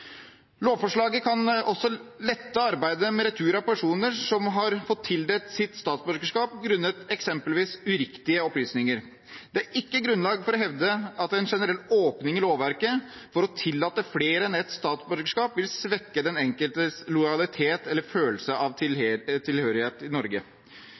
Lovforslaget kan også lette arbeidet med retur av personer som har fått tildelt sitt statsborgerskap grunnet eksempelvis uriktige opplysninger. Det er ikke grunnlag for å hevde at en generell åpning i lovverket for å tillate flere enn ett statsborgerskap vil svekke den enkeltes lojalitet eller følelse av tilhørighet til Norge.